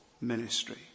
ministry